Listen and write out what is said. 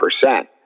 percent